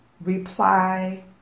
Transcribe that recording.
reply